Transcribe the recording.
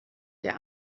der